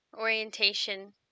orientation